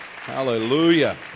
Hallelujah